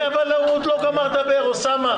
אבל הוא עוד לא גמר לדבר, אוסאמה.